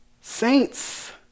Saints